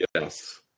Yes